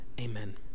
Amen